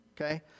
Okay